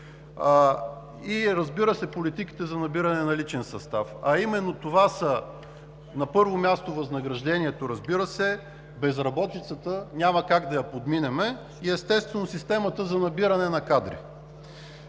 и, разбира се, политиките за набиране на личен състав. Именно това са, на първо място, възнаграждението, разбира се, безработицата няма как да я подминем и, естествено, системата за набиране на кадри.